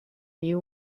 you